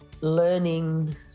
learning